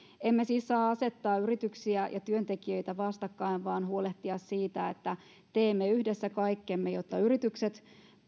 emme siis saa asettaa yrityksiä ja työntekijöitä vastakkain vaan on huolehdittava siitä että teemme yhdessä kaikkemme jotta yritykset